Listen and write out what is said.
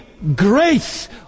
Grace